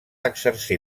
exercir